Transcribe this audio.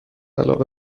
علاقه